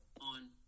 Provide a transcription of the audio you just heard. on